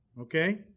okay